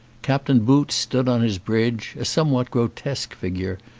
captain boots stood on his bridge, a somewhat grotesque figure,